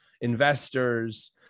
investors